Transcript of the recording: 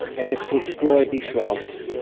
and it's to explore these realms.